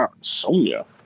Sonia